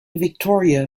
victoria